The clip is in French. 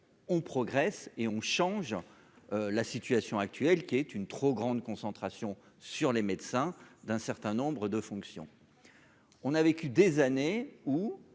on progresse et on change la situation actuelle qui est une trop grande concentration sur les médecins d'un certain nombre de fonctions, on a vécu des années où